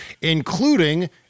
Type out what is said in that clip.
including